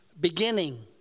beginning